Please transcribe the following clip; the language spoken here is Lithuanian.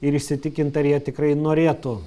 ir įsitikint ar jie tikrai norėtų